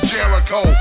Jericho